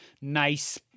nice